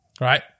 right